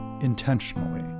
intentionally